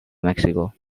mexico